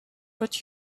but